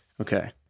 Okay